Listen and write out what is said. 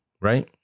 right